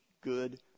good